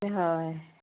হয়